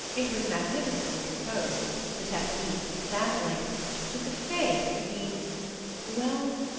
it was magnificently composed the technique was dazzling but the face had been well,